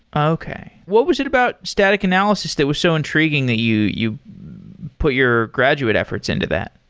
okay. what was it about static analysis that was so intriguing that you you put your graduate efforts into that?